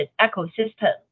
ecosystem